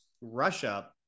Russia